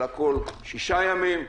אלא כל שישה ימים,